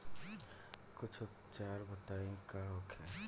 कुछ उपचार बताई का होखे?